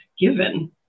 given